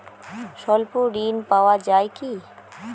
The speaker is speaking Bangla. স্বল্প ঋণ পাওয়া য়ায় কি?